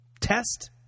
Test